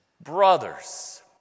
Brothers